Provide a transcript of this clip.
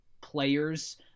players